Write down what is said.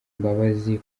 imbabazi